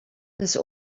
das